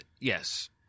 yes